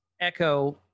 echo